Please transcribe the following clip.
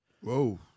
Whoa